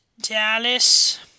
Dallas